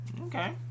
Okay